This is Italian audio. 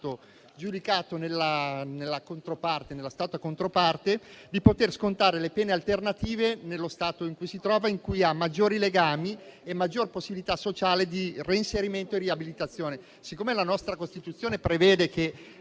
giudicato nello Stato controparte di poter scontare le pene alternative nello Stato in cui si trova, in cui ha maggiori legami e maggior possibilità sociale di reinserimento e riabilitazione. Siccome la nostra Costituzione prevede che